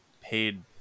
paid